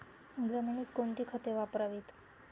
जमिनीत कोणती खते वापरावीत?